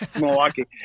Milwaukee